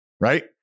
right